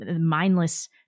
mindless